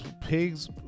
pigs